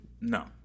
No